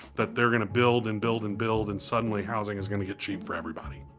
that they're gonna build and build and build and suddenly housing is gonna get cheaper for everybody.